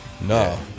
No